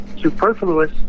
superfluous